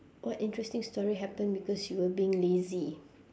what interesting story happened because you were being lazy